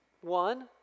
one